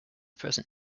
present